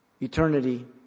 eternity